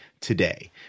today